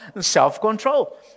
self-control